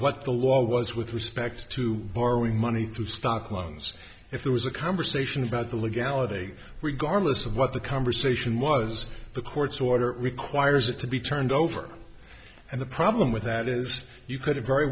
what the law was with respect to borrowing money through stock lungs if there was a conversation about the legality regardless of what the conversation was the court's order requires it to be turned over and the problem with that is you could have very